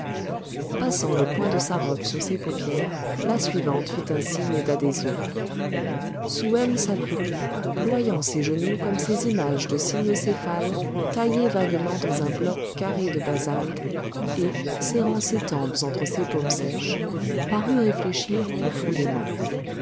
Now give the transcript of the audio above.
passant le coin de sa robe sur ses paupières la suivante fit un signe d'adhésion souhem s'accroupit ployant ses genoux comme ces images de cynocéphales taillées vaguement dans un bloc carré de basalte et serrant ses tempes entre ses paumes sèches parut réfléchir profondément